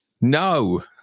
No